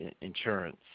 insurance